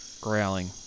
growling